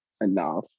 enough